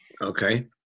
Okay